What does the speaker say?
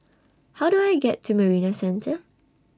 How Do I get to Marina Centre